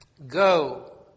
Go